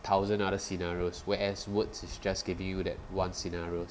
thousand other scenarios whereas words it's just giving you that one scenario